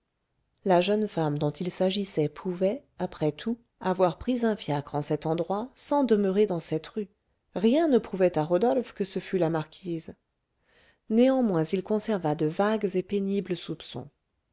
la jeune femme dont il s'agissait pouvait après tout avoir pris un fiacre en cet endroit sans demeurer dans cette rue rien ne prouvait à rodolphe que ce fût la marquise néanmoins il conserva de vagues et pénibles soupçons